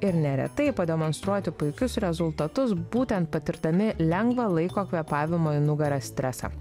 ir neretai pademonstruoti puikius rezultatus būtent patirdami lengvą laiko kvėpavimo į nugarą stresą